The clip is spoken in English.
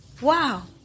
wow